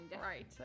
Right